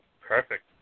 Perfect